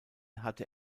hatte